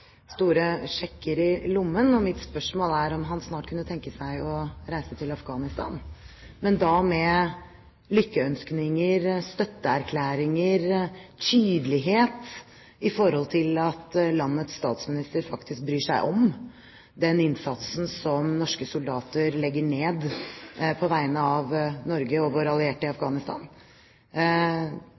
store sjekker i lommen. Mitt spørsmål er om han snart kunne tenke seg å reise til Afghanistan, men da med lykkønskninger og støtteerklæringer og tydelighet i forhold til at landets statsminister faktisk bryr seg om den innsatsen som norske soldater legger ned på vegne av Norge og våre allierte i